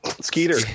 Skeeter